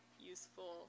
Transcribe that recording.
useful